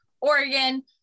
Oregon